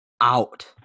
out